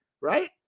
right